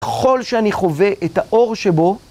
ככל שאני חווה את האור שבו.